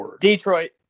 Detroit